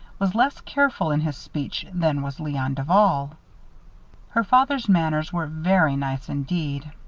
was less careful in his speech than was leon duval. her father's manners were very nice indeed.